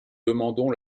demandons